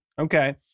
Okay